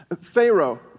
Pharaoh